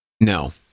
No